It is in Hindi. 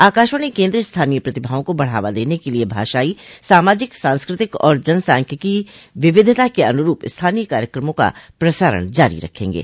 आकाशवाणी केन्द्र स्थानीय प्रतिभाओं को बढ़ावा देने के लिए भाषाई सामाजिक सांस्कृतिक और जनसांख्यिकीय विविधता के अन्रूप स्थानीय कार्यक्रमों का प्रसारण जारी रखेंगे